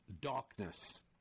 darkness